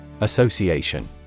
Association